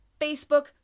Facebook